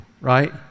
right